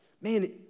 Man